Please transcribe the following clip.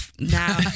Now